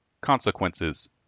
Consequences